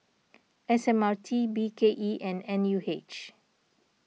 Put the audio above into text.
S M R T B K E and N U H